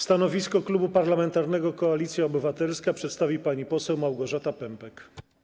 Stanowisko Klubu Parlamentarnego Koalicja Obywatelska przedstawi pani poseł Małgorzata Pępek.